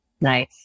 Nice